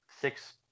six